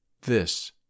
This